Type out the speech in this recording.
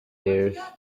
dears